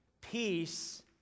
Peace